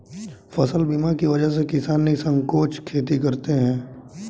फसल बीमा की वजह से किसान निःसंकोच खेती करते हैं